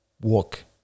walk